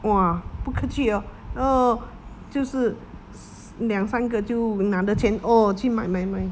!wah! 不客气哦 oh 就是两三个就拿了钱 oh 去买买买